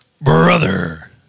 brother